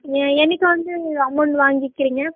எ என்னைக்கு வந்து அமௌண்ட் வாங்கிக்கிறீங்க